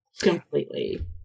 completely